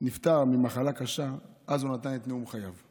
נפטר ממחלה קשה, אז הוא נתן את נאום חייו.